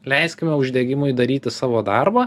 leiskime uždegimui daryti savo darbą